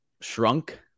shrunk